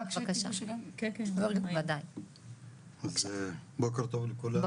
בוקר טוב לכולם,